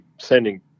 sending